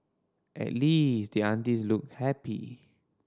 at least the aunties looked happy